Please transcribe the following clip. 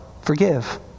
Forgive